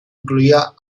incluía